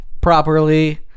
properly